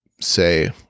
say